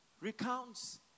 recounts